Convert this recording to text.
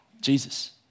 Jesus